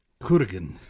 Kurgan